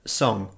song